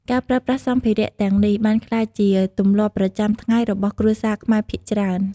ការប្រើប្រាស់សម្ភារៈទាំងនេះបានក្លាយជាទម្លាប់ប្រចាំថ្ងៃរបស់គ្រួសារខ្មែរភាគច្រើន។